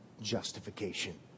justification